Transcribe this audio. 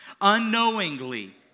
Unknowingly